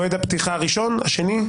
מועד הפתיחה הראשון או השני?